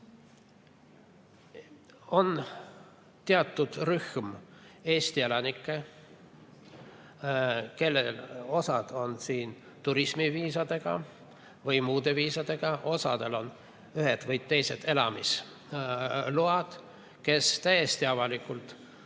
On teatud rühm Eesti elanikke – osa neist on siin turismiviisadega või muude viisadega, osal on ühed või teised elamisload –, kes täiesti avalikult